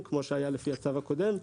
כמו שהיה לפי הצו הקודם,